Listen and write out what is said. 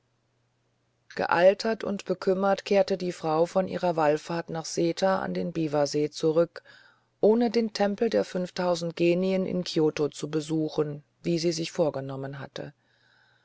gealtert und bekümmert kehrte die frau von ihrer wallfahrt nach seta an den biwasee zurück ohne den tempel der fünftausend genien in kioto zu besuchen wie sie sich vorgenommen hatte